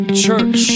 Church